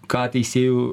ką teisėjų